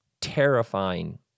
terrifying